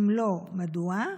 2. אם לא, מדוע?